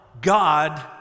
god